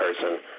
person